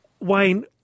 Wayne